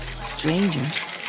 Strangers